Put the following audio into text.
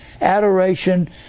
adoration